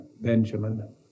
Benjamin